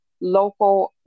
local